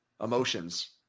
emotions